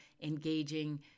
engaging